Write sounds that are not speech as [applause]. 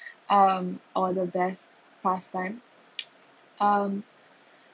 [breath] um or the best pastime [noise] um